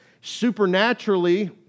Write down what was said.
Supernaturally